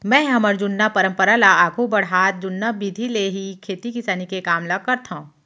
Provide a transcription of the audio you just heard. मैंहर हमर जुन्ना परंपरा ल आघू बढ़ात जुन्ना बिधि ले ही खेती किसानी के काम ल करथंव